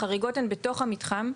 החריגות הן בתוך המתחם.